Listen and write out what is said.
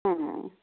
ਹਾਂ